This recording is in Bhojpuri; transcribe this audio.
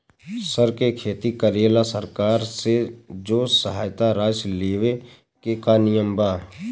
सर के खेती करेला सरकार से जो सहायता राशि लेवे के का नियम बा?